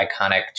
iconic